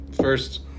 First